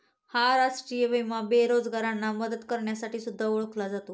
हा राष्ट्रीय विमा बेरोजगारांना मदत करण्यासाठी सुद्धा ओळखला जातो